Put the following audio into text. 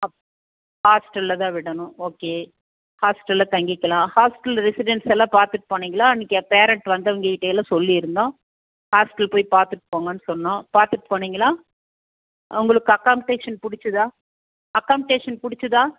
அப் ஹாஸ்டலில்தான் விடனும் ஓகே ஹாஸ்டலில் தங்கிக்கலாம் ஹாஸ்டல் ரெஸிடென்ஸ் எல்லாம் பார்த்துட்டு போனிங்களா அன்னைக்கு பேரண்ட்ஸ் வந்தவங்ககிட்டே எல்லாம் சொல்லியிருந்தோம் ஹாஸ்டல் போய் பார்த்துட்டு போங்கன்னு சொன்னோம் பார்த்துட்டு போனிங்களா உங்களுக்கு அக்காம்டேஷன் பிடிச்சிதா அக்காம்டேஷன் பிடிச்சிதா